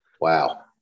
Wow